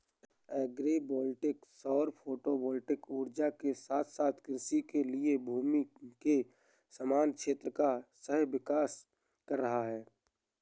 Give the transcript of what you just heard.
agri voltaic सौर photovoltaic ऊर्जा के साथ साथ कृषि के लिए भूमि के समान क्षेत्र का सह विकास कर रहा है